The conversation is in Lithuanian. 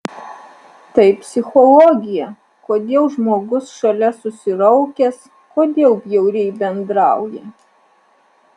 tai psichologija kodėl žmogus šalia susiraukęs kodėl bjauriai bendrauja